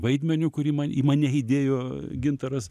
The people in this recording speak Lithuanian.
vaidmeniu kurį man į mane įdėjo gintaras